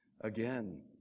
again